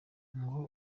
ngo